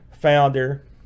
founder